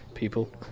People